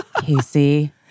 Casey